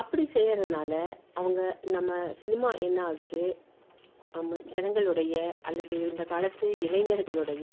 அப்படி செய்யிறதுனால அவங்க நம்ம சினிமா என்ன ஆகுது நம்ம ஜனங்களுடைய அல்லது இந்த காலத்து இளைஞர்களுடைய